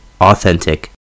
authentic